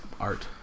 Art